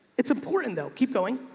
it's important though. keep going.